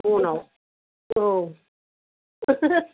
मनाव औ